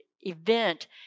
event